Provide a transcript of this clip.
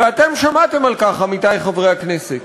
ואתם שמעתם על כך, עמיתי חברי הכנסת,